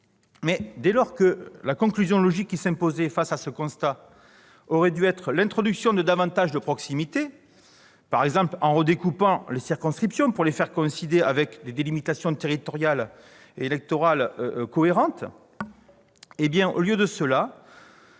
Toutefois, la conclusion logique qui s'imposait face à ce constat aurait dû être l'introduction de davantage de proximité, par exemple en redécoupant les circonscriptions pour les faire coïncider avec des délimitations territoriales et électorales cohérentes. On a